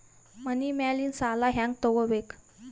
ಮನಿ ಮೇಲಿನ ಸಾಲ ಹ್ಯಾಂಗ್ ತಗೋಬೇಕು?